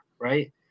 right